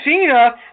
Cena